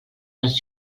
les